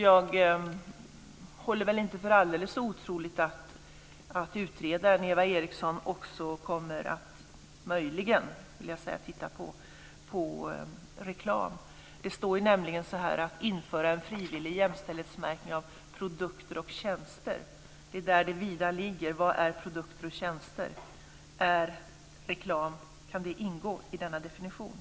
Jag håller alltså inte för alldeles otroligt att utredaren Eva Eriksson också - möjligen, vill jag säga - kommer att titta på reklam. Det står nämligen att det handlar om att införa en frivillig jämställdhetsmärkning av produkter och tjänster. Det är däri det vida ligger - vad är produkter och tjänster? Kan reklam ingå i denna definition?